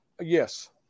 Yes